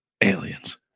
aliens